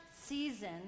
season